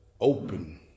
open